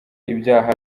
ibyaha